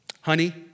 Honey